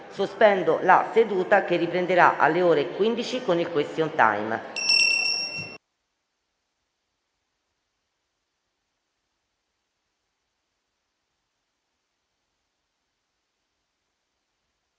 Sospendo la seduta, che riprenderà alle ore 15 con il *question time*.